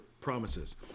promises